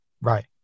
Right